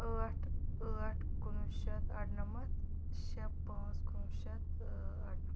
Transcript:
ٲٹھ ٲٹھ کُنہٕ وُہ شَتھ اَرنَمَتھ شےٚ پانٛژھ کُنہٕ وُہ شَتھ اَرنَمَتھ